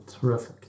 terrific